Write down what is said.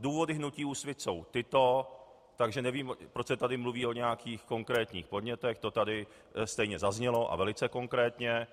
Důvody hnutí Úsvit jsou tyto, takže nevím, proč se tady mluví o nějakých konkrétních podnětech, to tady stejně zaznělo, a velice konkrétně.